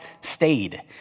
stayed